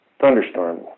thunderstorm